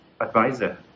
advisor